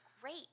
great